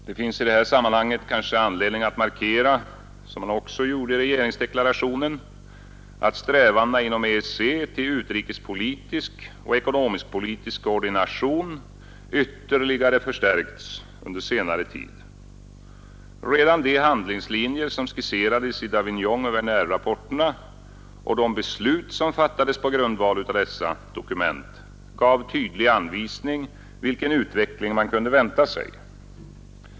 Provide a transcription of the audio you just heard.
Det finns i detta sammanhang kanske anledning att markera, som man också gjorde i regeringsdeklarationen, att strävandena inom EEC till utrikespolitisk och ekonomisk-politisk koordination ytterligare förstärkts under senare tid. Redan de handlingslinjer som skisserades i Davignonoch Wernerrapporterna och de beslut som fattades på grundval av dessa dokument gav tydlig anvisning om vilken utveckling man kunde vänta sig.